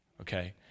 okay